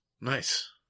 Nice